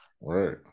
Right